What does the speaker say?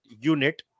unit